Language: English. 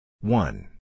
One